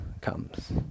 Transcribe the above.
comes